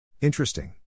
Interesting